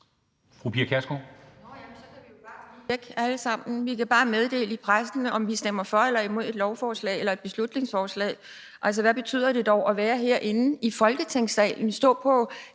vi kan bare meddele i pressen, om vi stemmer for eller imod et lovforslag eller et beslutningsforslag. Altså, hvad betyder det dog at være herinde i Folketingssalen,